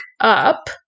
up